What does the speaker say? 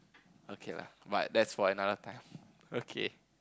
okay lah but that's for another time okay